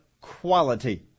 quality